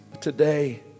Today